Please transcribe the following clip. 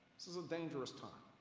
this is a dangerous time.